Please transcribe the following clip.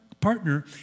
partner